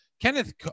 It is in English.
Kenneth